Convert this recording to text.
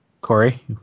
Corey